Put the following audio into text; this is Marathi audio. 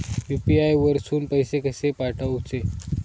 यू.पी.आय वरसून पैसे कसे पाठवचे?